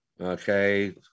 Okay